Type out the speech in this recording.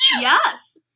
Yes